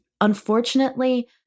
unfortunately